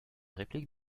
réplique